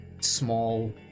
small